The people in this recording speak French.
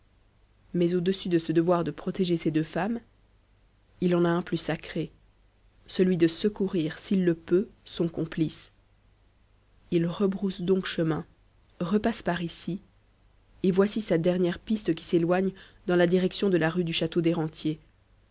mais au-dessus de ce devoir de protéger ces deux femmes il en a un plus sacré celui de secourir s'il le peut son complice il rebrousse donc chemin repasse par ici et voici sa dernière piste qui s'éloigne dans la direction de la rue du château des rentiers